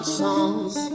songs